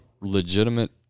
legitimate